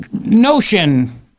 notion